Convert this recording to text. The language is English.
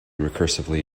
recursively